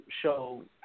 show